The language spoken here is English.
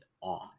on